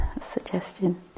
suggestion